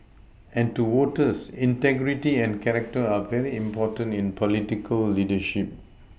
and to voters integrity and character are very important in political leadership